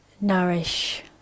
nourish